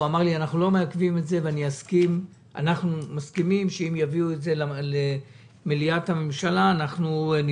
שאמר לי שהם לא מעכבים את זה ושאם יביאו את זה למליאת הממשלה הם יתמכו.